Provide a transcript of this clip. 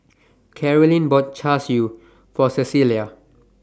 Carolyne bought Char Siu For Cecilia